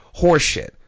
horseshit